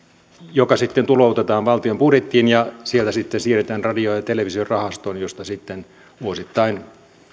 joka sitten tuloutetaan valtion budjettiin ja sieltä sitten siirretään radio ja televisiorahastoon josta sitten vuosittain